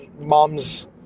mom's